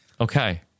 Okay